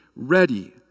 ready